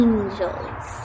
Angels